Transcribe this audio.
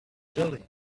jolly